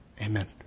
Amen